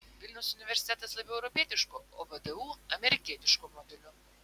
vilniaus universitetas labiau europietiško o vdu amerikietiško modelio